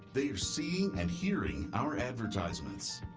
they are seeing and hearing our advertisements,